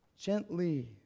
Gently